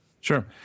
Sure